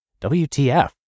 WTF